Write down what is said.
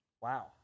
Wow